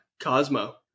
Cosmo